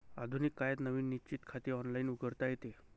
आधुनिक काळात नवीन निश्चित खाते ऑनलाइन उघडता येते